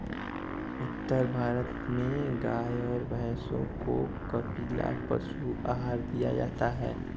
उत्तर भारत में गाय और भैंसों को कपिला पशु आहार दिया जाता है